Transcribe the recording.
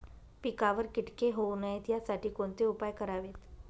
पिकावर किटके होऊ नयेत यासाठी कोणते उपाय करावेत?